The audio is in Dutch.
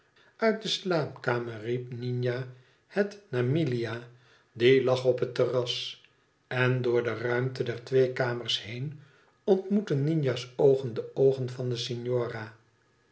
uit de slaapkamer riep nina het naar milia die lag op het terras en door de ruimte der twee kamers heen ontmoetten nina's oogen de oogen van de